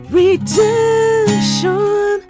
redemption